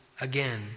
again